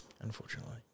unfortunately